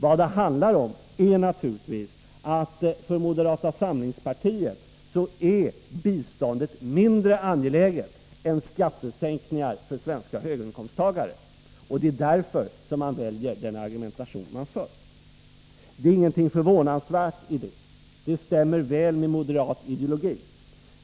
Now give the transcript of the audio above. Vad det handlar om är naturligtvis att för moderata samlingspartiet är biståndet mindre angeläget än skattesänkningar för svenska höginkomsttagare. Det är därför man väljer den argumentation man för. Det är ingenting förvånandsvärt i det — det stämmer väl med moderat ideologi.